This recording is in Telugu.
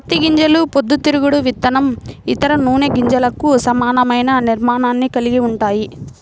పత్తి గింజలు పొద్దుతిరుగుడు విత్తనం, ఇతర నూనె గింజలకు సమానమైన నిర్మాణాన్ని కలిగి ఉంటాయి